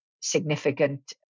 significant